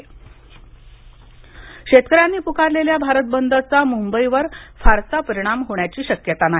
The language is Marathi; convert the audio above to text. मुंबई भारत बंद शेतकऱ्यांनी पुकारलेल्या भारत बंदचा मुंबईवर फारसा परिणाम होण्याची शक्यता नाही